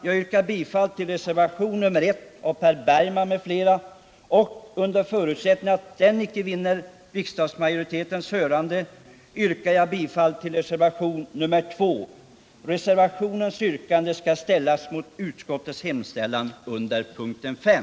Jag yrkar bifall till reservation nr 1 av Per Bergman m.fl. Under förutsättning att den icke biträds av riksdagsmajoriteten yrkar jag bifall till reservation nr 2. Reservationens yrkande skall ställas mot utskottets hemställan under punkten 5.